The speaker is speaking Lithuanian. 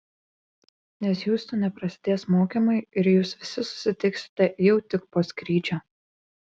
nes hjustone prasidės mokymai ir jūs visi susitiksite jau tik po skrydžio